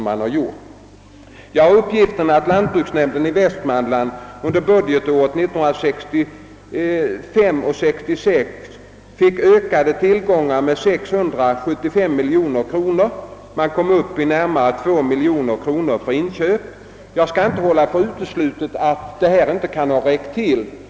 Jag har fått uppgiften att lantbruksnämnden i Västmanland under budgetåret 1965/66 fick ytterligare 675 000 kronor och kom upp i närmare 2 miljoner för inköp. Jag skall inte utesluta att det kan ha inträffat att dessa pengar ändå inte räckt till.